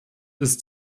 ist